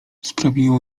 sprawiało